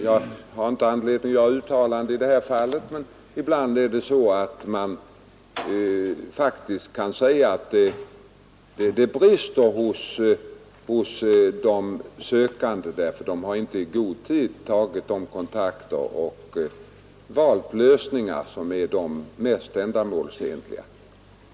Jag har inte anledning att uttala mig om just det fall som herr Hedin berörde, men ibland kan man faktiskt säga att det brister hos de sökande, som inte i god tid har tagit kontakt med myndigheterna och valt de mest ändamålsenliga lösningarna.